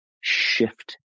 shift